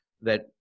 that-